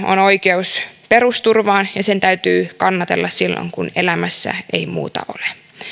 on oikeus perusturvaan ja sen täytyy kannatella silloin kun elämässä ei muuta ole